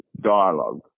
dialogue